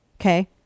okay